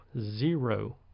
zero